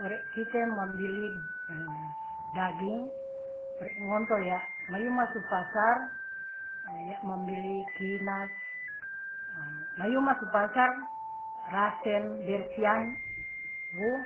Ore kite mambili daging ore ngonto ya' mayuma su pasar ya' mambili kinas mayuma su pasar rasen bersian wu